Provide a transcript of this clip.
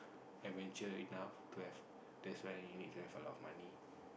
adventure enough to have that's why you need to have a lot of money